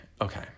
okay